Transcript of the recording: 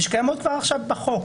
ושקיימות כבר עכשיו בחוק.